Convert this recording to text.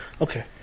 Okay